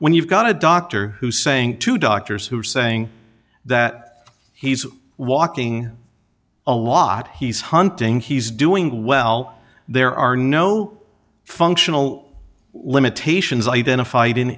when you've got a doctor who saying to doctors who are saying that he's walking a lot he's hunting he's doing well there are no functional limitations identified in